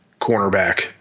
cornerback